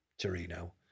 Torino